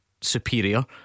superior